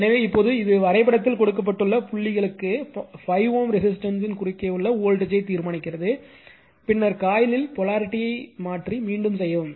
எனவே இப்போது இது வரைபடத்தில் கொடுக்கப்பட்டுள்ள புள்ளிகளுக்கு 5 Ω ரெசிஸ்டன்ஸ் யின் குறுக்கே உள்ள வோல்டேஜ்யை தீர்மானிக்கிறது பின்னர் காயிலில் போலாரிட்டியை மாற்றி மீண்டும் செய்யவும்